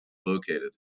located